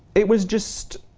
it was just,